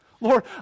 Lord